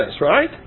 right